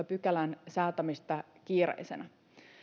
pykälän säätämistä kiireisenä